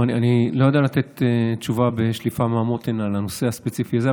אני לא יודע לתת תשובה בשליפה מהמותן על הנושא הספציפי הזה.